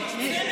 שנה